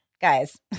guys